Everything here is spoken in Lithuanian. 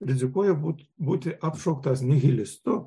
rizikuoja būti būti apšauktas nihilistu